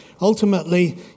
ultimately